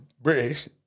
British